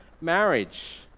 marriage